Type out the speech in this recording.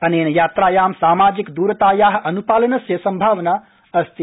अनेन यात्रायां सामाजिक दरताया अनुपालनस्य सम्भावना अस्ति